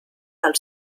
del